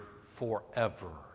forever